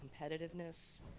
competitiveness